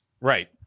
right